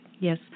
Yes